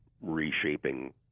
reshaping